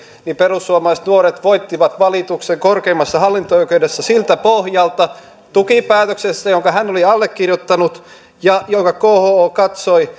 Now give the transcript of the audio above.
perussuomalaiset nuoret voitti valituksen korkeimmassa hallinto oikeudessa siltä pohjalta tukipäätöksessä jonka hän oli allekirjoittanut kho katsoi